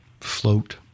float